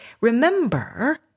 Remember